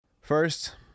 First